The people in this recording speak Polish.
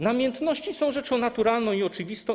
Namiętności są rzeczą naturalną i oczywistą.